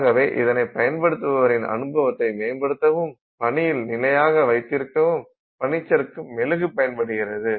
ஆகவே இதனை பயன்படுத்துபவரின் அனுபவத்தை மேம்படுத்தவும் பனியில் நிலையாக வைத்திருக்கவும் பனிச்சறுக்கு மெழுகு பயன்படுகிறது